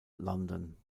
london